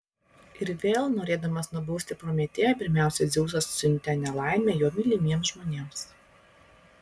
ir vėl norėdamas nubausti prometėją pirmiausia dzeusas siuntė nelaimę jo mylimiems žmonėms